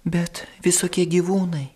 bet visokie gyvūnai